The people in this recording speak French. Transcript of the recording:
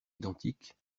identiques